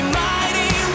mighty